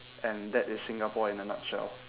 and that is singapore in a nutshell